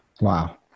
Wow